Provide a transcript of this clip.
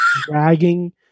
dragging